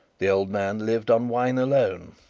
the old man lived on wine alone,